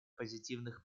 позитивных